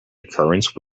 occurrence